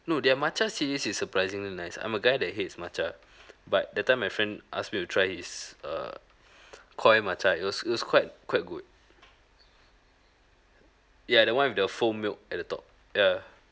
no their matcha series is surprisingly nice ah I'm a guy that hates matcha but that time my friend ask me to try his err koi matcha it was it was quite quite good ya the one with the foam milk at the top ya